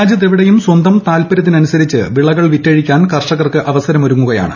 രാജ്യത്ത് എവിടെയും സ്വന്തം താൽപ്പര്യമനുസരിച്ച് വിളകൾ വിറ്റഴിക്കാൻ കർഷകർക്ക് അവസരമൊരുങ്ങുകയാണ്